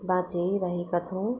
बाँचिरहेका छौँ